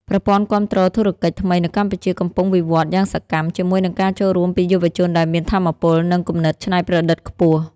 ប្រព័ន្ធគាំទ្រធុរកិច្ចថ្មីនៅកម្ពុជាកំពុងវិវត្តន៍យ៉ាងសកម្ម ជាមួយនឹងការចូលរួមពីយុវជនដែលមានថាមពល និងគំនិតច្នៃប្រឌិតខ្ពស់។